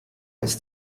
ist